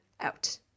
out